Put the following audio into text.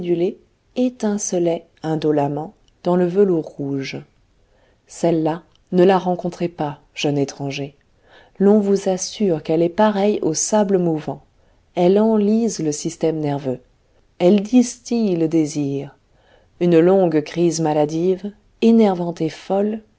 étincelait indolemment dans le velours rouge celle-là ne la rencontrez pas jeune étranger l'on vous assure qu'elle est pareille aux sables mouvants elle enlise le système nerveux elle distille le désir une longue crise maladive énervante et folle